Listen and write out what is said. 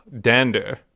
dander